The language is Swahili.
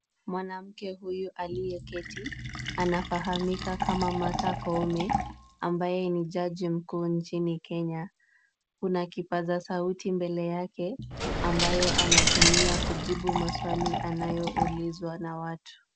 Mwanamke huyu aliyeketi anafahamika kama Martha Koome, ambaye ni jaji mkuu nchini Kenya. Kuna kipaza sauti mbele yake, ambayo anatumia kujibu maswali anayoulizwa na watu.